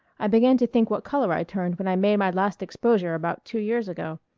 i began to think what color i turned when i made my last exposure about two years ago.